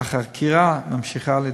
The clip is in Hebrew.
אך החקירה נמשכת.